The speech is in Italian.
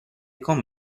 con